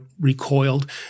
recoiled